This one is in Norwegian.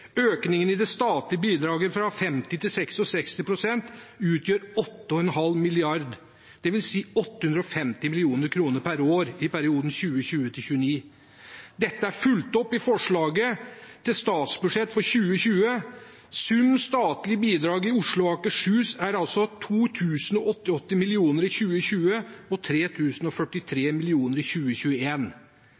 Økningen i det statlige bidraget fra 50 pst. til 66 pst. utgjør 8,5 mrd. kr, dvs. 850 mill. kr per år i perioden 2020–2029. Det er fulgt opp i forslaget til statsbudsjett for 2020. Sum statlige bidrag i Oslo og Akershus er altså på 2 088 mill. kr i 2020 og 3 043 mill. kr i